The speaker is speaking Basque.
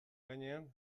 gainean